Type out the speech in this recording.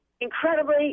incredibly